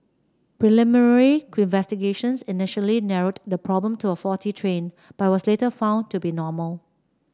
preliminary initially narrowed the problem to a faulty train but was later found to be normal